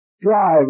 drive